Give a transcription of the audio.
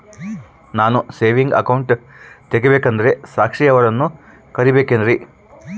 ನಾನು saving account ತೆಗಿಬೇಕಂದರ ಸಾಕ್ಷಿಯವರನ್ನು ಕರಿಬೇಕಿನ್ರಿ?